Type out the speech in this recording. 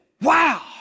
wow